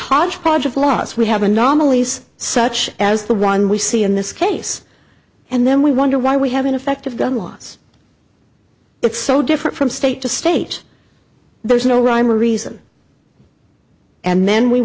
hodgepodge of laws we have anomalies such as the one we see in this case and then we wonder why we have an effect of gun laws it's so different from state to state there's no rhyme or reason and then we